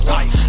Life